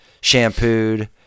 shampooed